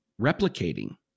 replicating